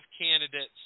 candidates